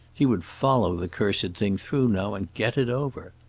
he would follow the cursed thing through now and get it over.